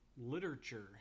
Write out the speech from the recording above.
literature